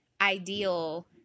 ideal